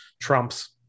Trump's